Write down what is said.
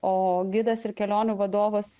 o gidas ir kelionių vadovas